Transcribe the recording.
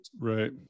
right